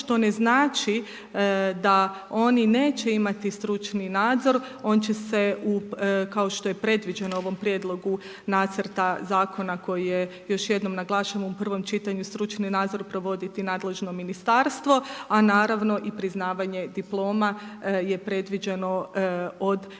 što ne znači da oni neće imati stručni nadzor. On će se kao što je predviđeno u ovom Prijedlogu nacrta zakona koji je još jednom naglašen u prvom čitanju stručni nadzor provoditi nadležno ministarstvo. A naravno i priznavanje diploma je predviđeno od strane